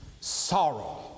sorrow